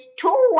two